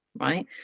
right